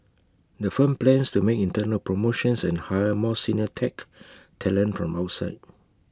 the firm plans to make internal promotions and hire more senior tech talent from outside